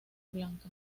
blanca